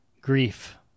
Grief